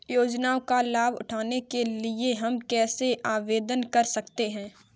योजनाओं का लाभ उठाने के लिए हम कैसे आवेदन कर सकते हैं?